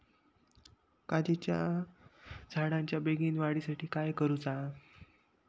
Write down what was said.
काजीच्या झाडाच्या बेगीन वाढी साठी काय करूचा?